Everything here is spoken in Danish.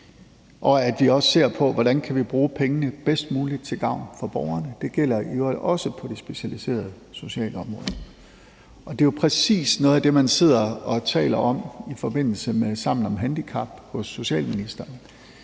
og at vi også ser på, hvordan vi kan bruge pengene bedst muligt til gavn for borgerne. Det gælder i øvrigt også på det specialiserede socialområde. Det er jo præcis noget af det, man sidder og taler om i forbindelse med Sammen om handicap hos socialministeren.